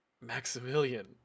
Maximilian